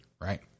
right